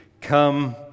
come